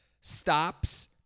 stops